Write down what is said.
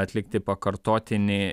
atlikti pakartotinį